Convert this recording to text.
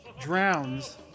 drowns